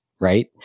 right